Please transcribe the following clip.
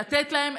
לתת להם,